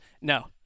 no